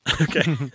Okay